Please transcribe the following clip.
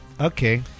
Okay